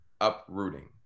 uprooting